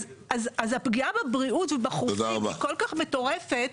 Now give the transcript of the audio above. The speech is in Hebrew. אז הפגיעה בבריאות ובחופים היא כל כך מטורפת.